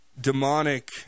demonic